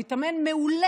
הוא התאמן מעולה.